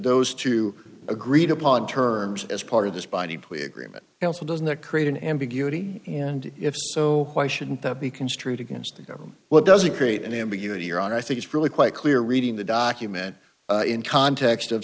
those two agreed upon terms as part of this binding plea agreement and also doesn't that create an ambiguity and if so why shouldn't that be construed against the government what does it create any ambiguity you're on i think it's really quite clear reading the document in context of